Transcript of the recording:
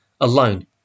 alone